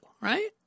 right